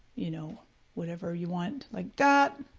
you know whatever you want like that,